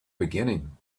beginning